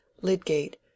Lydgate